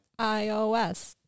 ios